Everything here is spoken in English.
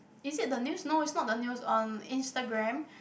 is it the news no its not the news on Instagram